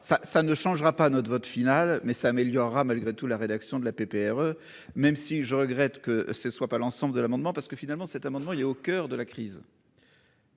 ça ne changera pas notre vote final mais s'améliorera malgré tout la rédaction de la pépère. Même si je regrette que ce ne soit pas l'ensemble de l'amendement parce que finalement cet amendement, il est au coeur de la crise.